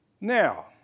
Now